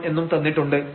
1 എന്നും തന്നിട്ടുണ്ട്